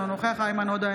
אינו נוכח איימן עודה,